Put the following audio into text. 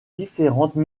différentes